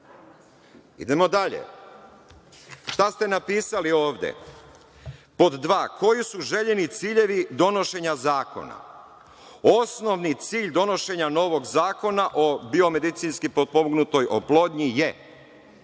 dalje, šta ste napisali ovde. Pod dva, koji su željeni ciljevi donošenja zakona? Osnovni cilj donošenja novog zakona o biomedicinskim potpomognutoj oplodnji je,